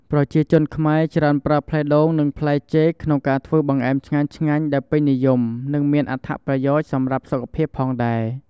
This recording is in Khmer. ប្រជាជនខ្មែរច្រើនប្រើផ្លែដូង និងផ្លែចេកក្នុងការធ្វើបង្អែមឆ្ងាញ់ៗ ដែលពេញនិយម និងមានអត្ថប្រយោជន៍សម្រាប់សុខភាពផងដែរ។